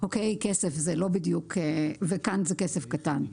וכאן זה כסף קטן.